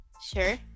Sure